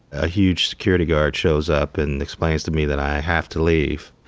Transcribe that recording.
a huge security guard shows up and explains to me that i have to leave.